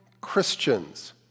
Christians